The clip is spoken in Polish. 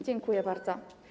Dziękuję bardzo.